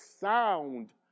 sound